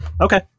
okay